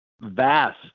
vast